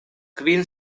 kvin